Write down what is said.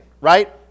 right